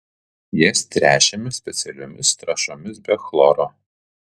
jas tręšiame specialiomis trąšomis be chloro